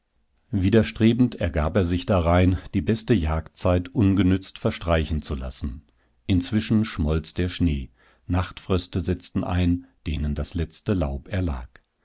widerstrebend ergab er sich darein die beste jagdzeit ungenützt verstreichen zu lassen inzwischen schmolz der schnee nachtfröste setzten ein denen das letzte laub erlag